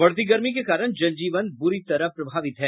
बढ़ती गर्मी के कारण जनजीवन बुरी तरह प्रभावित है